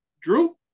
Drew